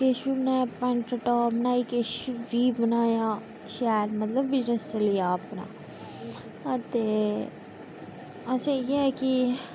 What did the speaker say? किश बी बनाया पैन्ट टाप बनाई किश बी बनाया शैल मतलब बिजनेस चली जाह्ग अपना आ ते असें इयैै कि